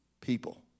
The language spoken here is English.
people